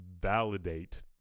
validate